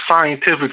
scientific